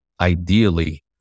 ideally